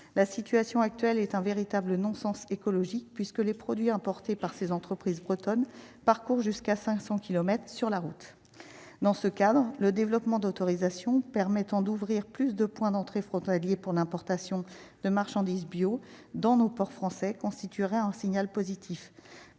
la situation actuelle est un véritable non- sens écologique puisque les produits importés par ces entreprises bretonnes parcours jusqu'à 500 kilomètres sur la route, dans ce cadre, le développement d'autorisation permettant d'ouvrir plus de points d'entrée frontalier pour l'importation de marchandises bio dans nos ports français constituerait un signal positif,